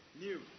New